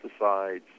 pesticides